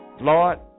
Lord